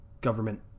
government